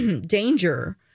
danger